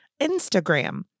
Instagram